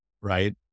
right